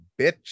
bitch